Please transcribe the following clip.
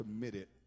committed